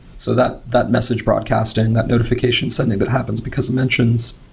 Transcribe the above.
so that that message broadcasting, that notification sending that happens because of mentions,